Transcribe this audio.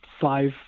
five